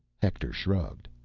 hector shrugged.